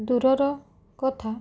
ଦୂରର କଥା